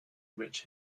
rich